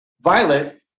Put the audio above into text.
Violet